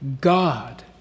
God